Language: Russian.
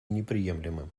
неприемлемым